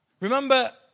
Remember